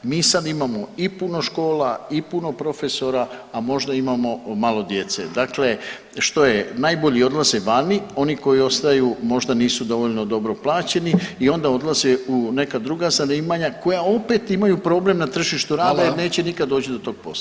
Mi sad imamo i puno škola i puno profesora, a možda imamo malo djece, dakle što je, najbolji odlaze vani, oni koji ostaju možda nisu dovoljno dobro plaćeni i onda odlaze u neka druga zanimanja koja opet imaju problem na tržištu rada jer neće nikad doći do tog posla.